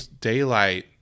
daylight